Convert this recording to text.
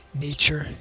Nature